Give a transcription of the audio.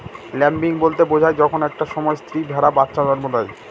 lambing বলতে বোঝায় যখন একটা সময় স্ত্রী ভেড়া বাচ্চা জন্ম দেয়